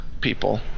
people